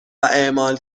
اعمال